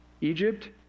Egypt